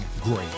great